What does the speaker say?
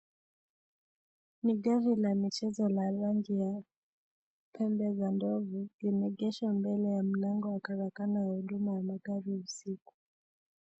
Ni gari la michezo la rangi ya pembe za ndovu limeegeshwa mbele ya mlango wa karakana ya huduma ya magari ya usiku.